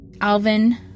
Alvin